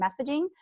messaging